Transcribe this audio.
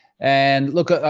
and look,